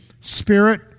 Spirit